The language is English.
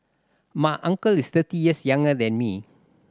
my uncle is thirty years younger than me